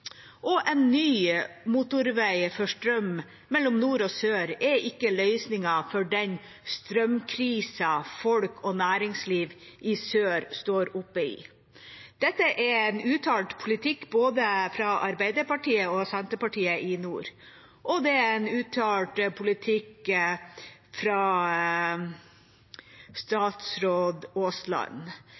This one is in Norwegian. arbeidsplasser. En ny motorvei for strøm mellom nord og sør er ikke løsninga for den strømkrisa folk og næringsliv i sør står oppe i. Dette er en uttalt politikk både fra Arbeiderpartiet og Senterpartiet i nord, og det er en uttalt politikk fra statsråd Aasland.